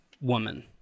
woman